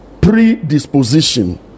predisposition